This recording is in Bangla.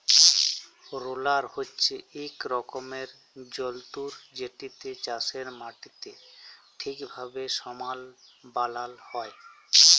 রোলার হছে ইক রকমের যল্তর যেটতে চাষের মাটিকে ঠিকভাবে সমাল বালাল হ্যয়